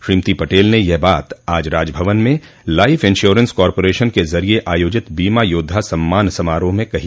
श्रीमती पटेल ने यह बात आज राजभवन में लाइफ इन्श्योरेंश कार्पोरेशन के ज़रिए आयोजित बीमा योद्वा सम्मान समारोह में कही